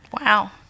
Wow